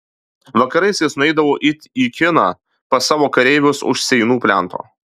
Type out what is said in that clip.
vakarais jis nueidavo it į kiną pas savo kareivius už seinų plento